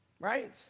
right